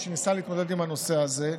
שניסה בשעתו להתמודד עם הנושא הזה.